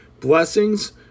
Blessings